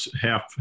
half